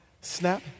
snap